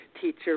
teacher